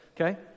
okay